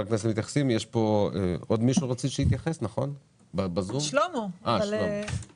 שחברי הכנסת מתייחסים, נשמע את שלמה אוחיון.